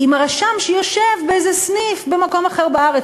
עם הרשם שיושב באיזה סניף במקום אחר בארץ,